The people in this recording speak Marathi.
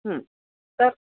तर